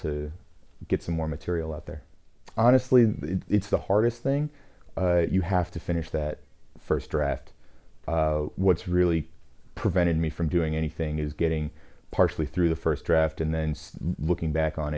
to get some more material out there honestly it's the hardest thing you have to finish that first draft what's really prevented me from doing anything is getting partially through the first draft and then looking back on